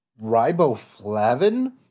Riboflavin